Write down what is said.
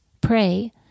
pray